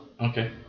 Okay